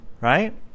right